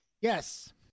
Yes